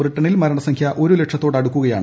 ബ്രിട്ടണിൽ മരണസംഖ്യ ഒരു ലക്ഷത്തോട് അടുക്കുകയാണ്